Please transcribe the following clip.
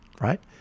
right